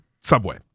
Subway